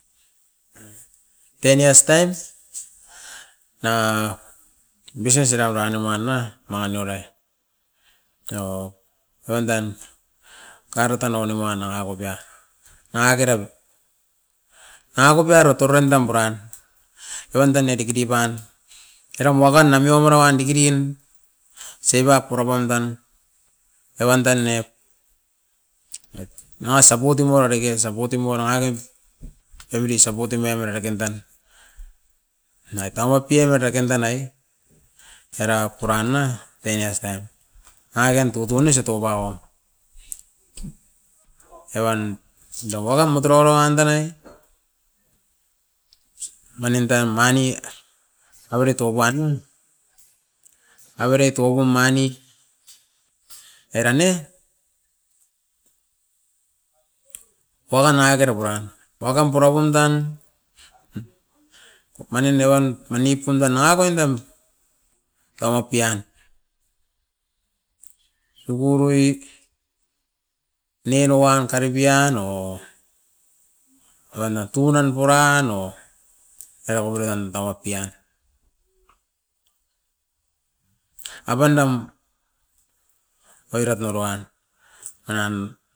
Ten years time, nanga bisennsira bianio man'na manga niore. Ewo apandan karito naua nimuan nanga kopian, nanga kerap. Nanga kopiaro toreanam puran eva andan ne diki diban eram wakan na miokoro wan diki din, save up pura pandan eva andan nep. nanga sapotim wara reke, sapotim wara ngakin, evri sapotim nanga mera reken tan, noit tamapiam era kain tanai era pura na, ten years time. Nanga ken tutoun iso tobaon, evan da wadam motororo wan danai manin dam mani avere top uan nen, avere top umainit era ne, wakan nangakera puran. Wakam pura pun dan, kop manin deuwan manip pundan nanga oindan tama pian. Eworoit neno wan karipian o, oiran na tunan puran o, era kopitan tawap pian. A pandan oirat noro wan, manan.